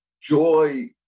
joy